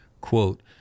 Quote